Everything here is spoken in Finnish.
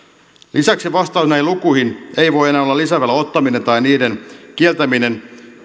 lisäksi vastaus näihin lukuihin ei voi enää olla lisävelan ottaminen tai niiden kieltäminen